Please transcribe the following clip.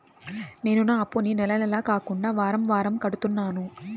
నేను నా అప్పుని నెల నెల కాకుండా వారం వారం కడుతున్నాను